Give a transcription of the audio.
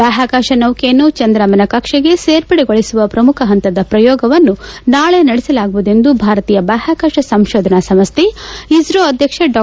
ಬಾಹ್ಯಾಕಾಶ ನೌಕೆಯನ್ನು ಚಂದ್ರಮನ ಕಕ್ಷೆಗೆ ಸೇರ್ಪಡೆಗೊಳಿಸುವ ಪ್ರಮುಖ ಹಂತದ ಪ್ರಯೋಗವನ್ನು ನಾಳೆ ನಡೆಸಲಾಗುವುದು ಎಂದು ಭಾರತೀಯ ಬಾಹ್ಯಾಕಾಶ ಸಂಶೋಧನಾ ಸಂಸ್ಥೆ ಇಸ್ತೋ ಅಧ್ಯಕ್ಷ ಡಾ